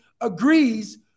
agrees